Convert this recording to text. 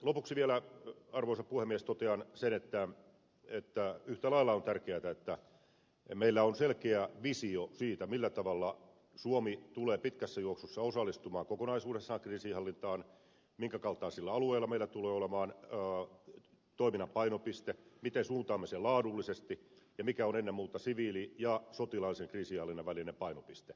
lopuksi vielä arvoisa puhemies totean sen että yhtä lailla on tärkeätä että meillä on selkeä visio siitä millä tavalla suomi tulee pitkässä juoksussa osallistumaan kokonaisuudessaan kriisinhallintaan minkä kaltaisilla alueilla meillä tulee olemaan toiminnan painopiste miten suuntaamme sen laadullisesti ja mikä on ennen muuta siviili ja sotilaallisen kriisinhallinnan välinen painopiste myös rahamielessä